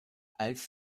als